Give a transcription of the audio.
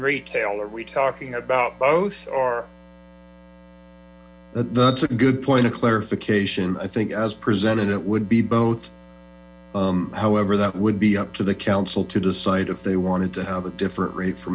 retail are we talking about both are that's a good point of clarification i think as presented it would be both however that would be up to the council to decide if they wanted to have a different rate for